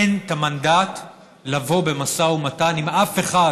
אין את המנדט לבוא במשא ומתן עם אף אחד